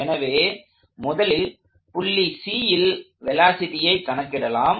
எனவே முதலில் புள்ளி Cல் வெலாசிட்டியை கணக்கிடலாம்